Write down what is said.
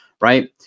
right